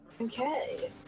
Okay